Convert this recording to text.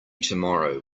tomorrow